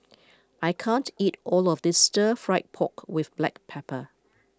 I can't eat all of this Stir Fry Pork with Black Pepper